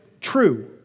true